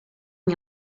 you